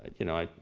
you know,